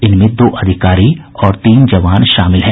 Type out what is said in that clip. इनमें दो अधिकारी और तीन जवान शामिल हैं